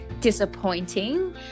disappointing